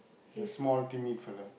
the small timid fella